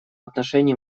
отношении